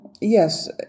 yes